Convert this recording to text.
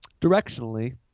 directionally